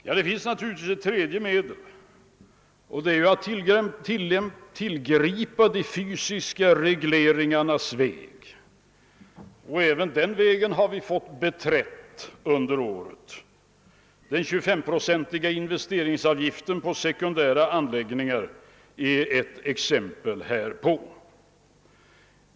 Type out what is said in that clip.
Ja, det finns naturligtvis ett treåje medel, och det är att slå in på de fysiska regleringarnas väg. Och även den vägen har vi fått beträda under året; den 25-procentiga investeringsavgiften på sekundära anläggningar är ett exempel härpå.